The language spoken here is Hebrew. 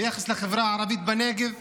ביחס לחברה הערבית בנגב,